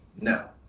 No